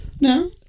no